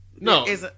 No